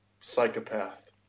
Psychopath